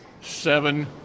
seven